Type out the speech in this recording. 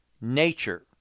nature